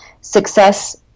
success